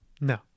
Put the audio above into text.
No